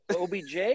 OBJ